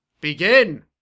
Begin